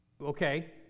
Okay